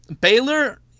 Baylor